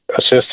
assist